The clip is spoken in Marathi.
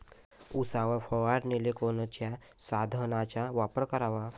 उसावर फवारनीले कोनच्या साधनाचा वापर कराव?